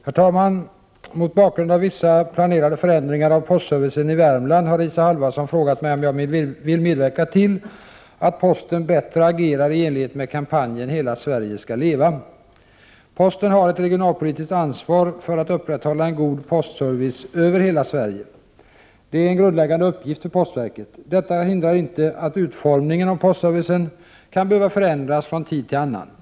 Herr talman! Mot bakgrund av vissa planerade förändringar av postservicen i Värmland har Isa Halvarsson frågat mig om jag vill medverka till att posten bättre agerar i enlighet med kampanjen ”Hela Sverige ska leva”. Posten har ett regionalpolitiskt ansvar för att upprätthålla en god postservice ”över hela Sverige”. Det är en grundläggande uppgift för postverket. Detta hindrar inte att utformningen av postservicen kan behöva förändras från tid till annan.